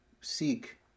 seek